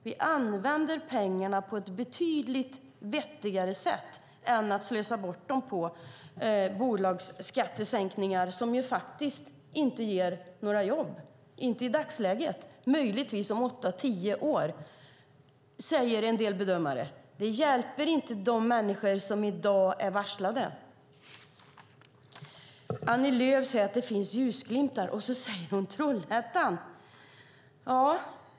Vi använder pengarna på ett betydligt vettigare sätt än att slösa bort dem på bolagsskattesänkningar som ju faktiskt inte ger några jobb i dagsläget utan möjligtvis om åtta tio år, enligt en del bedömare. Det hjälper inte de människor som i dag är varslade. Annie Lööf säger att det finns ljusglimtar, och så tar hon Trollhättan som exempel.